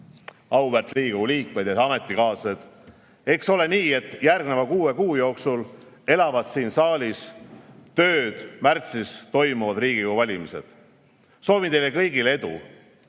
Riigikogu liikmed! Head ametikaaslased! Eks ole nii, et järgneva kuue kuu jooksul elavdavad siin saalis tööd märtsis toimuvad Riigikogu valimised. Soovin teile kõigile edu,